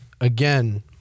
Again